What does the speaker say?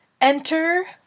enter